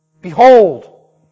Behold